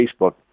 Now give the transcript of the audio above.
Facebook